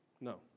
No